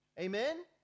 Amen